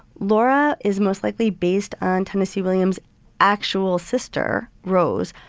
laura is most likely based on tennessee williams actual sister, rose,